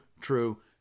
true